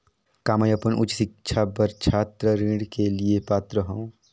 का मैं अपन उच्च शिक्षा बर छात्र ऋण के लिए पात्र हंव?